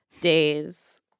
days